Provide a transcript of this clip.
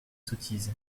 sottise